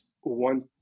one